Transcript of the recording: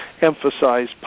emphasize